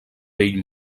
vell